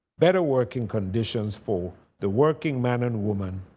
better working conditions for the working men and women,